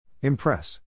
Impress